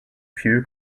few